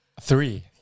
Three